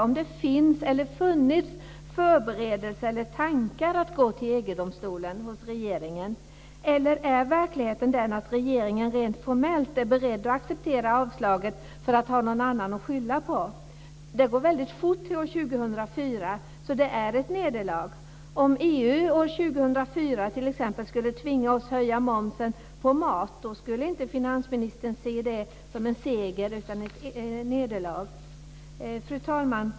Finns det, eller har det funnits, förberedelser eller tankar att gå till EG-domstolen hos regeringen? Eller är verkligheten den att regeringen rent formellt är beredd att acceptera avslaget för att ha någon annan att skylla på? Tiden går väldigt fort till år 2004, så det är ett nederlag. Om EU år 2004 t.ex. skulle tvinga oss att höja momsen på mat skulle inte finansministern se det som en seger utan som ett nederlag. Fru talman!